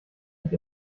ich